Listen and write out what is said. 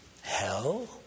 hell